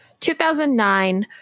2009